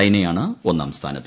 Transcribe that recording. ചൈനയാണ് ഒന്നാം സ്ഥാനത്ത്